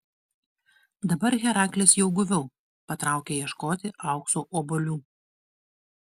dabar heraklis jau guviau patraukė ieškoti aukso obuolių